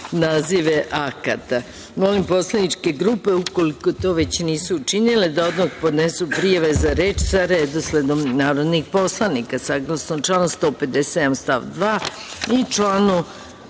nazive akata. Molim poslaničke grupe, ukoliko to već nisu učinile, da odmah podnesu prijave za reč sa redosledom narodnih poslanika. Saglasno članu 157. stavu 2. i članu